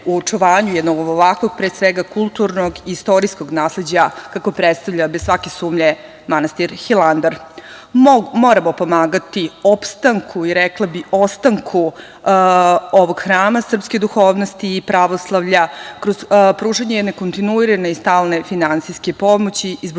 u očuvanju jednog ovakvog, pre svega, kulturnog i istorijskog nasleđa, kako predstavlja bez svake sumnje manastir Hilandar. Moramo pomagati opstanku i rekla bih ostanku ovog hrama srpske duhovnosti i pravoslavlja kroz pružanje nekontinuirane i stalne finansijske pomoći iz budžeta